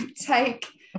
take